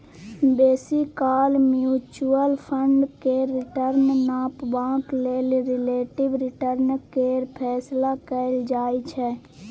बेसी काल mutual fund केर रिटर्न नापबाक लेल रिलेटिब रिटर्न केर फैसला कएल जाइ छै